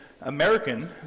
American